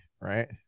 Right